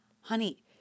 Honey